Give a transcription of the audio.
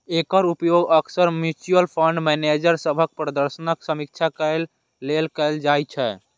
एकर उपयोग अक्सर mutual fund manager सभक प्रदर्शनक समीक्षा करै लेल कैल जाइ छै